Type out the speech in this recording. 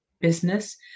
business